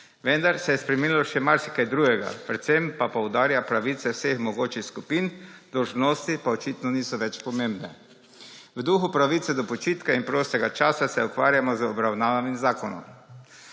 Vendar se je spremenilo še marsikaj drugega, predvsem pa poudarja pravice vseh mogočih skupin, dolžnosti pa očitno niso več pomembne. V duhu pravice do počitka in prostega časa se ukvarjamo z obravnavami zakonov.